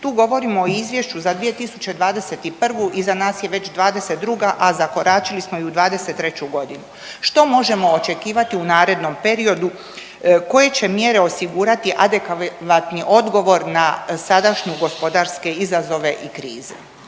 Tu govorimo o izvješću za 2021. iza nas je već 2022. a zakoračili smo i u 2023. godinu. Što možemo očekivati u narednom periodu koje će mjere osigurati adekvatni odgovor na sadašnje gospodarske izazove i krize.